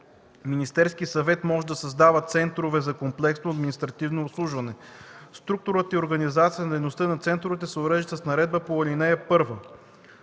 Министерският съвет може да създава центрове за комплексно административно обслужване. Структурата и организацията на дейността на центровете се уреждат с наредбата по ал. 1.” 2.